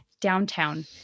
Downtown